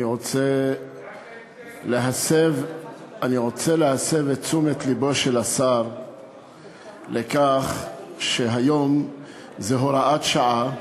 אני רוצה להסב את תשומת לבו של השר לכך שהיום זה הוראת שעה.